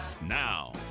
now